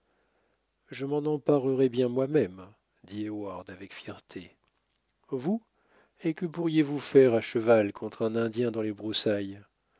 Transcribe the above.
je m'en emparerai bien moi-même dit heyward avec fierté vous et que pourriez-vous faire à cheval contre un indien dans les broussailles